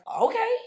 okay